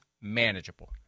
manageable